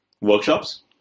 workshops